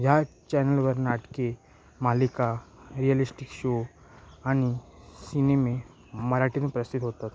ह्या चॅनलवर नाटके मालिका रिअलिस्टिक शो आणि सिनेमे मराठीने प्रसिद्ध होतात